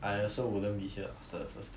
I also wouldn't be here the first place